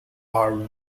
are